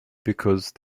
because